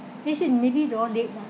they said maybe they all late lah